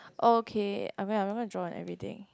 oh okay I mean I'm not gonna draw on everything